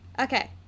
Okay